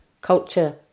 culture